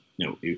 No